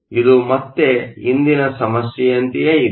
ಇದು ಮತ್ತೆ ಹಿಂದಿನ ಸಮಸ್ಯೆಯಂತೆಯೇ ಇದೆ